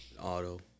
auto